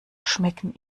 schmecken